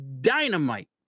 Dynamite